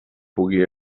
pugui